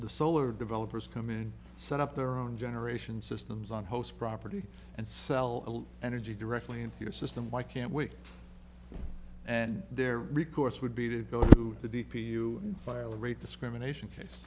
the solar developers come in and set up their own generation systems on host property and sell energy directly into your system why can't wait and their recourse would be to go to the d p you file a rate discrimination case